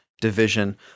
division